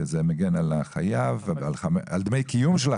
וזה מגן על החייב, על דמי הקיום של החייב.